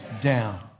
down